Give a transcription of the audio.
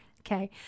okay